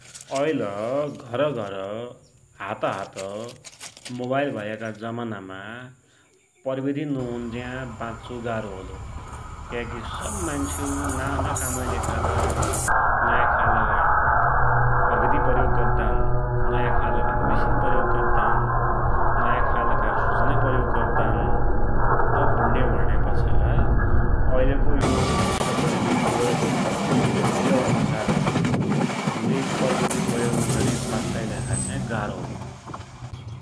ऐल घरघर हातहात मोवाइल भयाका जमानामा प्रविधि नहुन्ज्या वाच्चु गाह्रो होलो । क्याकी सव मान्सु नाना कामकी लेखालै नयाँ खालका प्रविधि प्रयोग गद्दान । नयाँ खालका मेसिन प्रयोग गद्दान । नयाँ खालका सुचना प्रयोग गद्दान । तव भुण्यौ भुण्यापाछा ऐलको को जो यो विश्वपरिवेश जै छ, एइ अनुसार हमले प्रविधि नगरी वाँच्चाकी लेखा चाही गाह्रो होलो ।